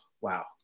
wow